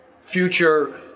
future